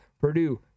Purdue